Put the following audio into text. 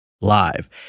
live